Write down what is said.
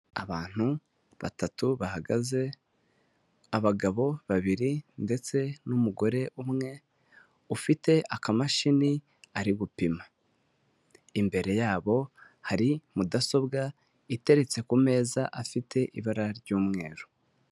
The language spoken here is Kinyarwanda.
Abantu batatu bahagaze, abagabo babiri ndetse n'umugore umwe, ufite akamashini ari gupima. Imbere yabo hari mudasobwa iteretse ku meza afite ibara ry'umweru.